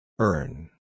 Earn